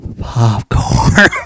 Popcorn